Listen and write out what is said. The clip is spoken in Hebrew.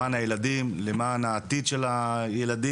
למען הילדים, למען העתיד של הילדים.